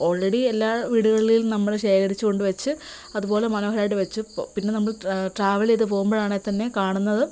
already എല്ലാ വീടുകളിലും നമ്മള് ശേഖരിച്ച് കൊണ്ട് വെച്ച് അത്പോലെ മനോഹരായിട്ട് വെച്ചു പൊ പിന്നെ നമ്മള് ട്രാവലെയ്ത് പോവുമ്പഴാണേൽ തന്നെ കാണുന്നതും